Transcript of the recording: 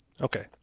okay